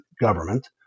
government